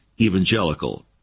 evangelical